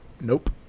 Nope